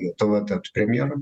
į lietuvą tapt premjeru